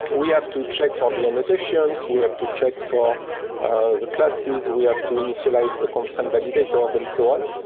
we have to check for the annotations. we have to check for the classes. and we have to initialize the constant validator and so on.